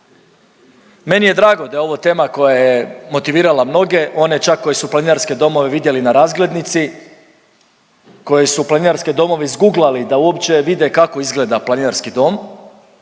Meni je drago da je ovo tema koja je motivirala mnoge, one čak koji su planinarske domove vidjeli na razglednici, koji su planinarske domove izguglali da uopće vide kako izgleda planinarski dom